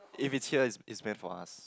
if is here is is best for us